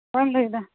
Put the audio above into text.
ᱚᱠᱚᱭᱮᱢ ᱞᱟᱹᱭ ᱮᱫᱟ